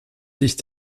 sich